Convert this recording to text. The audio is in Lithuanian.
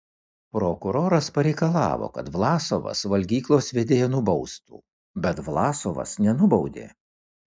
prokuroras pareikalavo kad vlasovas valgyklos vedėją nubaustų bet vlasovas nenubaudė